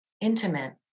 intimate